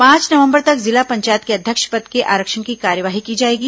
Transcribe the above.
पांच नवंबर तक जिला पंचायत के अध्यक्ष पद के आरक्षण की कार्यवाही की जाएगी